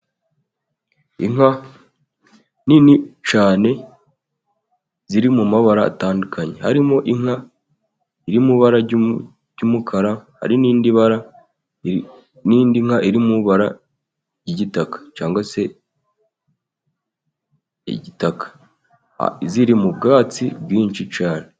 Inka nini cyane ziri mu mabara atandukanye, harimo inka iri mu ibara ry'u ry'umukara, hari n'indi bara, n'indi nka iri mu ibara ry'igitaka cyangwa se igitaka, ziri mu bwatsi bwinshi cyane.